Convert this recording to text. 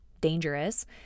dangerous